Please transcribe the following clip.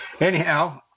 Anyhow